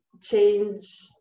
Change